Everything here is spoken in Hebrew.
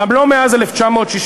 וגם לא מאז 1967,